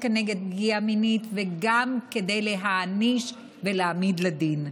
כנגד פגיעה מינית וגם כדי להעניש ולהעמיד לדין.